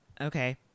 Okay